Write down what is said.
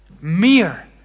Mere